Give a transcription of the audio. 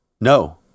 No